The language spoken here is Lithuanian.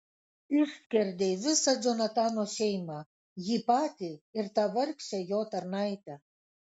išskerdei visą džonatano šeimą jį patį ir tą vargšę jo tarnaitę